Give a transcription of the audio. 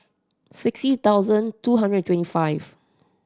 sixty thousand two hundred and twenty five